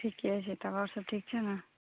ठीके छै तब आओर सभ ठीक छै ने